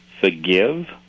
forgive